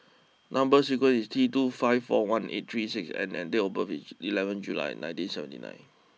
number sequence is T two five four one eight three six N and date of birth is eleven July nineteen seventy nine